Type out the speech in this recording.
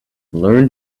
learn